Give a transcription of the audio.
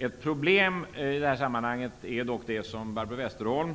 Ett problem i detta sammanhang är dock det som bl.a. Barbro Westerholm